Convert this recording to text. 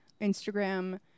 Instagram